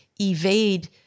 evade